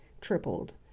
tripled